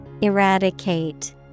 eradicate